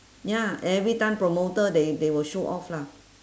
ya every time promoter they they will show off lah